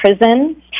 Prison